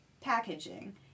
packaging